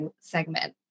segment